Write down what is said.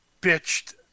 bitched